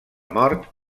mort